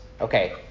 okay